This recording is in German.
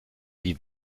wie